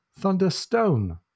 Thunderstone